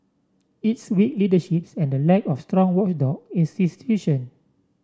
it's weak leaderships and lack of strong watchdog institution